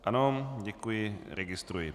Ano, děkuji, registruji.